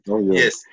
Yes